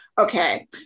Okay